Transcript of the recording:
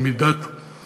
במדינות